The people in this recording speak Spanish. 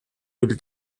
del